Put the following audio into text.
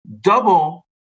double